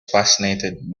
fascinated